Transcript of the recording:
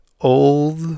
old